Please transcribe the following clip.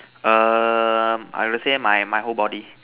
um I will say my my whole body